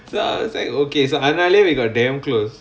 so I was like okay so அதனாலே:athanaalae we got damn close